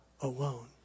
alone